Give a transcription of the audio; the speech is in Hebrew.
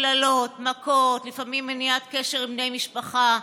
קללות, מכות, לפעמים מניעת קשר עם בני משפחה,